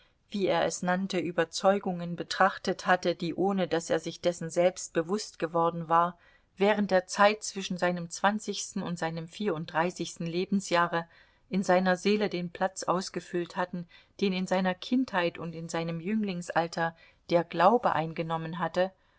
wie er es nannte überzeugungen betrachtet hatte die ohne daß er sich dessen selbst bewußt geworden war während der zeit zwischen seinem zwanzigsten und seinem vierunddreißigsten lebensjahre in seiner seele den platz ausgefüllt hatten den in seiner kindheit und in seinem jünglingsalter der glaube eingenommen hatte